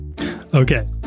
Okay